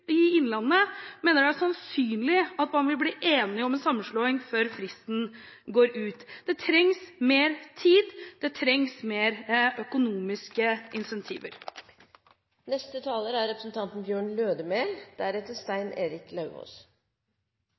i innlandet mener det er sannsynlig at man vil bli enig om en sammenslåing før fristen går ut. Det trengs mer tid, det trengs flere økonomiske